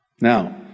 Now